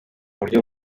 buryo